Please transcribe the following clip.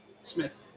Smith